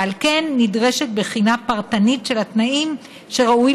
ועל כן נדרשת בחינה פרטנית של התנאים שראוי